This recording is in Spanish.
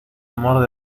amor